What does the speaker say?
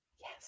Yes